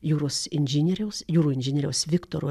jūros inžinieriaus jūrų inžinieriaus viktoro